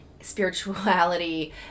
spirituality